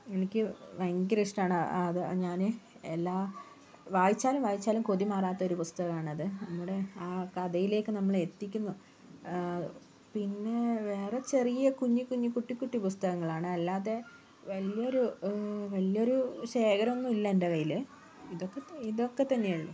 എനിക്ക് ഭയങ്കര ഇഷ്ടമാണ് അത് ഞാൻ എല്ലാ വായിച്ചാലും വായിച്ചാലും കൊതിമാറാത്ത ഒരു പുസ്തകമാണത് നമ്മുടെ ആ കഥയിലേക്ക് നമ്മൾ എത്തിക്കുന്നു പിന്നെ വേറെ ചെറിയ കുഞ്ഞ് കുഞ്ഞ് കുട്ടി കുട്ടി പുസ്തകങ്ങളാണ് അല്ലാതെ വലിയൊരു വലിയൊരു ശേഖരം ഒന്നും ഇല്ല എൻ്റെ കയ്യിൽ ഇതൊക്കെ ഇതൊക്കെ തന്നെയെ ഉളളൂ